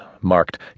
marked